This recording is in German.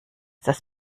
dass